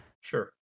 sure